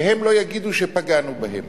שהם לא יגידו שפגענו בהם.